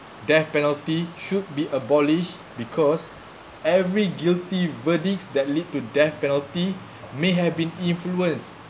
death penalty should be abolished because every guilty verdicts that lead to death penalty may have been influenced